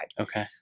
okay